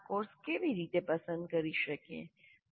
આપણે આ કોર્સ કેવી રીતે પસંદ કરી શકીએ